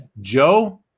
Joe